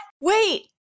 Wait